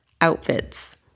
outfits